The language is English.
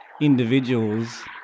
individuals